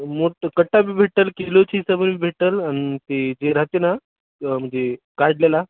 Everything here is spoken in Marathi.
मोठं कट्टा बी भेटेल किलोची सब्जी बी भेटेल आणि ते जे राहते ना म्हणजे काढलेला